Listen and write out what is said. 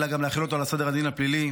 אלא גם להחיל אותה על סדר הדין הפלילי.